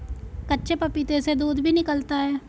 कच्चे पपीते से दूध भी निकलता है